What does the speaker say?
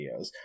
videos